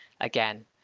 again